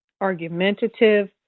argumentative